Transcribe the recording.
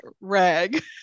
rag